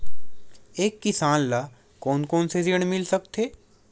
एक किसान ल कोन कोन से ऋण मिल सकथे?